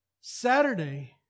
Saturday